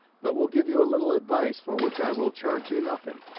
but will give you a little advice, for which i will charge you nothing.